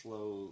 Slow